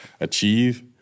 achieve